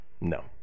no